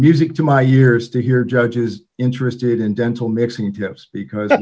music to my years to hear judges interested in gentle mixing just because